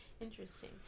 Interesting